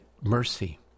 mercy